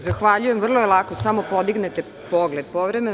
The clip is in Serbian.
Zahvaljujem, vrlo je lako, samo podignete pogled povremeno.